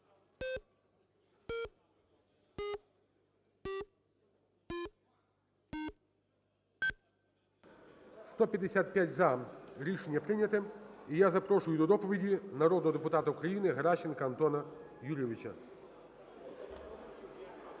За-155 Рішення прийнято. І я запрошую до доповіді народного депутата України Геращенка Антона Юрійовича.